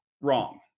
wrong